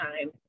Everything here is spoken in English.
time